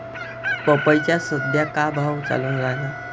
पपईचा सद्या का भाव चालून रायला?